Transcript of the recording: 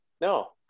No